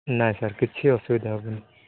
ନାଇଁ ସାର୍ କିଛି ଅସୁବିଧା ହେବନି